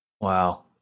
Wow